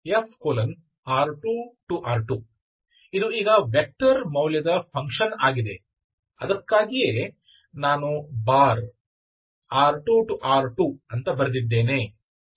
ಇದು ಈಗ ವೆಕ್ಟರ್ ಮೌಲ್ಯದ ಫಂಕ್ಷನ್ ಆಗಿದೆ ಅದಕ್ಕಾಗಿಯೇ ನಾನು ಬಾರ್ R2R2 ಅಂತ ಬರೆದಿದ್ದೇನೆ